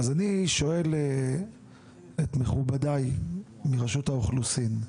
אז אני שואל את מכובדי מרשות האוכלוסין.